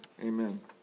Amen